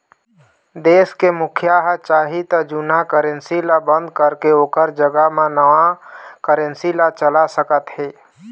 देश के मुखिया ह चाही त जुन्ना करेंसी ल बंद करके ओखर जघा म नवा करेंसी ला चला सकत हे